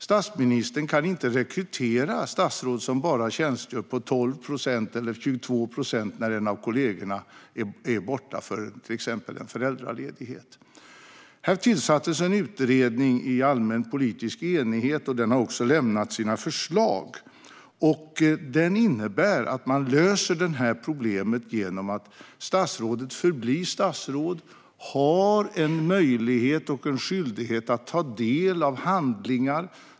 Statsministern kan inte rekrytera statsråd som bara tjänstgör på 12 eller 22 procent när en av kollegorna är borta på grund av exempelvis föräldraledighet. Det tillsattes en utredning i allmän politisk enighet. Denna har lämnat sina förslag, som innebär att man löser detta problem genom att statsrådet förblir statsråd och har möjlighet och skyldighet att ta del av handlingar.